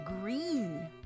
green